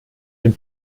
den